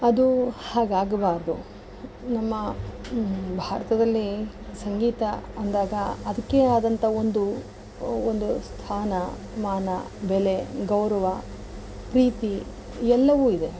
ಅದು ಹಾಗೆ ಆಗಬಾರದು ನಮ್ಮ ಭಾರತದಲ್ಲಿ ಸಂಗೀತ ಅಂದಾಗ ಅದಕ್ಕೆ ಆದಂತ ಒಂದು ಒಂದು ಸ್ಥಾನ ಮಾನ ಬೆಲೆ ಗೌರವ ಪ್ರೀತಿ ಎಲ್ಲವೂ ಇದೆ